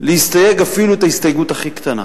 להסתייג אפילו את ההסתייגות הכי קטנה.